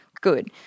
good